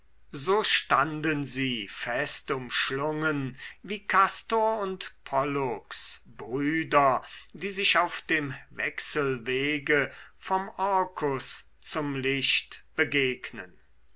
so standen sie fest umschlungen wie kastor und so pollux brüder die sich auf dem wechselwege vom orkus zum licht begegnen